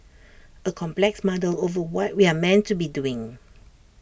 A complex muddle over what we're meant to be doing